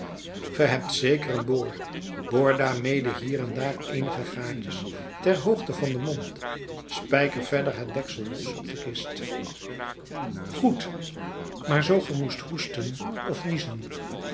ge hebt zeker een boor boor daarmede hier en daar eenige gaatjes ter hoogte van den mond spijker verder het deksel los op de kist goed maar zoo ge moet hoesten of niezen